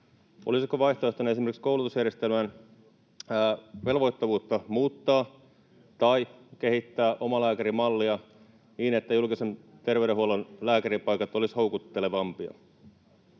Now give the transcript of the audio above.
Olisiko vaihtoehtona esimerkiksi muuttaa koulutusjärjestelmän velvoittavuutta tai kehittää omalääkärimallia niin, että julkisen terveydenhuollon lääkäripaikat olisivat houkuttelevampia?